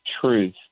truth